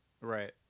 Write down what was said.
Right